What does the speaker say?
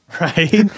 right